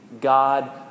God